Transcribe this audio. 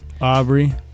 aubrey